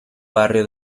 barrio